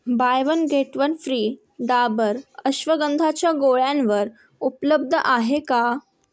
bye one get one free Dabur अश्वगंधाच्या गोळ्यांवर उपलब्ध आहे का